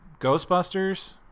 Ghostbusters